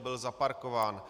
Byl zaparkován.